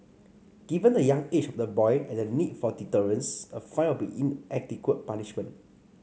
given the young age of the boy and the need for deterrence a fine would be an inadequate punishment